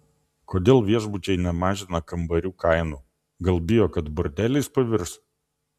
kodėl viešbučiai nemažina kambarių kainų gal bijo kad bordeliais pavirs